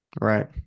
right